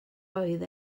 oedd